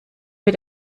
mit